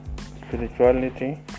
spirituality